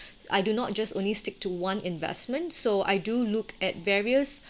I do not just only stick to one investment so I do look at various